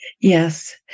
Yes